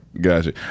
Gotcha